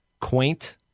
quaint